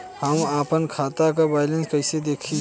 हम आपन खाता क बैलेंस कईसे देखी?